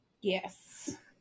Yes